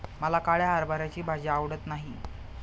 मला काळ्या हरभऱ्याची भाजी आवडत नाही